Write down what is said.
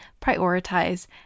prioritize